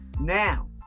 Now